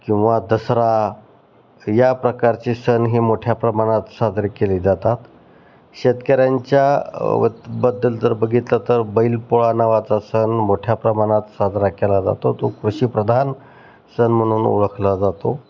किंवा दसरा या प्रकारचे सणही मोठ्या प्रमाणात साजरे केले जातात शेतकऱ्यांच्याबद्दल जर बघितलं तर बैलपोळा नावाचा सण मोठ्या प्रमाणात साजरा केला जातो तो कृषिप्रधान सण म्हणून ओळखला जातो